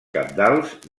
cabdals